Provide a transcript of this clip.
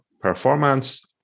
performance